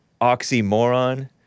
oxymoron